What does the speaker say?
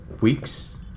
weeks